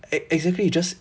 e~ exactly just